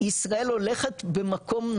ישראל הולכת במקום,